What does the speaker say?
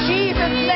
Jesus